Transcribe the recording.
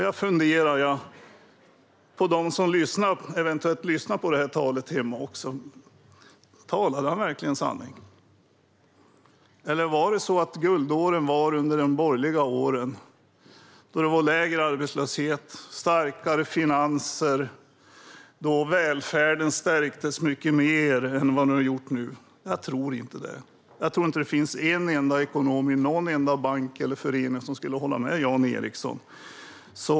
Jag funderar på om de som eventuellt lyssnat på detta tal hemma frågar sig: Talade han verkligen sanning? Var de borgerliga åren guldåren med lägre arbetslöshet och starkare finanser och då välfärden stärktes mycket mer än nu? Jag tror inte det. Jag tror inte att en enda ekonom i någon enda bank eller förening skulle hålla med Jan Ericson.